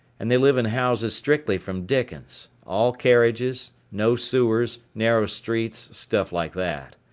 and they live in houses strictly from dickens, all carriages, no sewers, narrow streets, stuff like that.